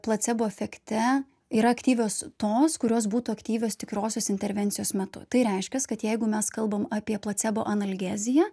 placebo efekte yra aktyvios tos kurios būtų aktyvios tikrosios intervencijos metu tai reiškias kad jeigu mes kalbam apie placebo analgeziją